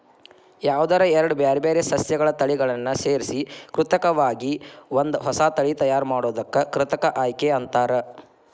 ಯಾವದರ ಎರಡ್ ಬ್ಯಾರ್ಬ್ಯಾರೇ ಸಸ್ಯಗಳ ತಳಿಗಳನ್ನ ಸೇರ್ಸಿ ಕೃತಕವಾಗಿ ಒಂದ ಹೊಸಾ ತಳಿ ತಯಾರ್ ಮಾಡೋದಕ್ಕ ಕೃತಕ ಆಯ್ಕೆ ಅಂತಾರ